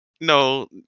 no